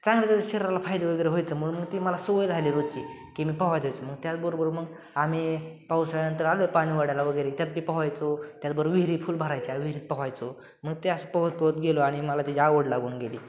चांगले तरी शरीराला फायदे वगैरे व्हायचं म्हणून मग ती मला सवय झाली रोजची की मी पोहायला जायचो मग त्याचबरोबर मग आम्ही पावसाळ्यानंतर आलं पाणी ओढ्याला वगेरे त्यात मी पोहायचो त्याचबरोबर विहिरी फुल भरायच्या विहिरीत पोहायचो मग ते असं पोहत पोहत गेलो आणि मला त्याची आवड लागून गेली